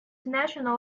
national